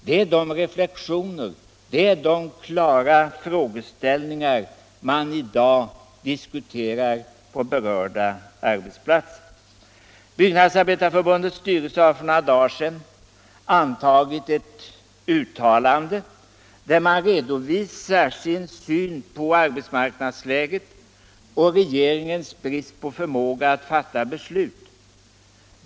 Det är de klara frågeställningar man i dag diskuterar på berörda arbetsplatser. Byggnadsarbetareförbundets styrelse har för några dagar sedan antagit ett uttalande, där man redovisar sin syn på arbetsmarknadsläget och regeringens brist på förmåga att fatta beslut.